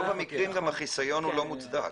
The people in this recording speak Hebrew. ברוב המקרים גם החיסיון לא מוצדק.